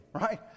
right